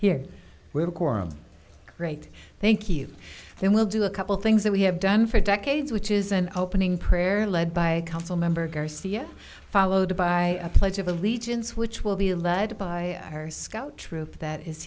we're great thank you and we'll do a couple things that we have done for decades which is an opening prayer led by a council member garcia followed by a pledge of allegiance which will be led by our scout troop that is